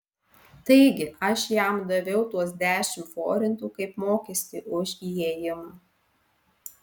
taigi aš jam daviau tuos dešimt forintų kaip mokestį už įėjimą